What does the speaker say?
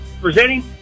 presenting